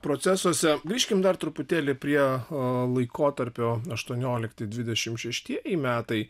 procesuose grįžkim dar truputėlį prie laikotarpio aštuoniolikti dvidešimt šeštieji metai